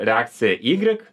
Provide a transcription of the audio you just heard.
reakcija egrik